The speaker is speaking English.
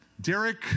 Derek